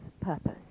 purpose